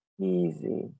easy